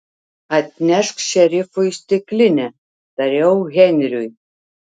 atnešk šerifui stiklinę tariau henriui